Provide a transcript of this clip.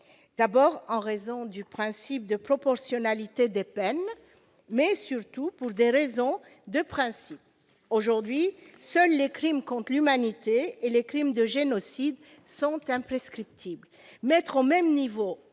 d'abord, en raison du principe de proportionnalité des peines, mais surtout pour des raisons de principe. Aujourd'hui, seuls les crimes contre l'humanité et les crimes de génocide sont imprescriptibles. Mettre au même niveau